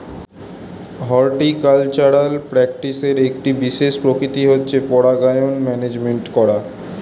horticultural প্র্যাকটিসের একটি বিশেষ প্রকৃতি হচ্ছে পরাগায়ন ম্যানেজমেন্ট করা